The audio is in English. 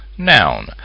noun